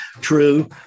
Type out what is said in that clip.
true